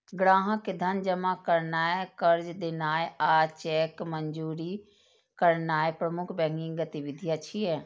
ग्राहक के धन जमा करनाय, कर्ज देनाय आ चेक मंजूर करनाय प्रमुख बैंकिंग गतिविधि छियै